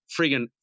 friggin